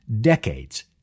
decades